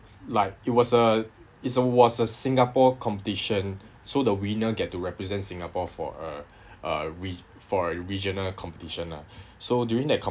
like it was a it's a was a singapore competition so the winner get to represent singapore for a a reg~ for a regional competition lah so during that com~